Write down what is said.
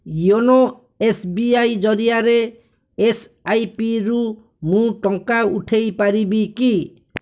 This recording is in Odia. ୟୋନୋ ଏସ୍ ବି ଆଇ ଜରିଆରେ ଏସ୍ ଆଇ ପି ରୁ ମୁଁ ଟଙ୍କା ଉଠେଇ ପାରିବି କି